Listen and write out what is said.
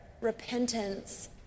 repentance